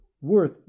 worth